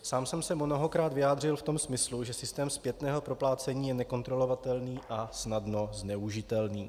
Sám jsem se mnohokrát vyjádřil v tom smyslu, že systém zpětného proplácení je nekontrolovatelný a snadno zneužitelný.